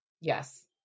Yes